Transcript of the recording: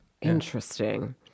Interesting